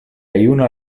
juna